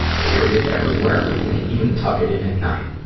carry it everywhere with me, even tuck it in at night.